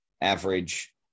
average